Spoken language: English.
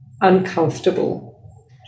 uncomfortable